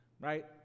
right